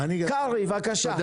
קרעי, בבקשה.